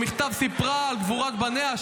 במכתב סיפרה על גבורת בניה,